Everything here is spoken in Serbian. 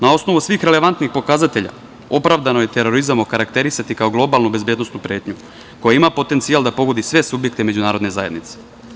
Na osnovu svih relevantnih pokazatelja opravdano je terorizam okarakterisati kao globalno bezbednosnu pretnju koja ima potencijal da pogodi sve subjekte međunarodne zajednice.